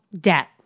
debt